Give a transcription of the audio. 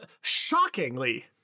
shockingly